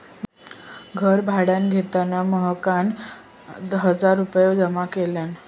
घर भाड्यान घेताना महकना हजार रुपये जमा केल्यान